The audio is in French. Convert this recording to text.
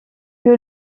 que